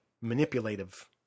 manipulative